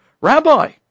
Rabbi